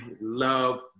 love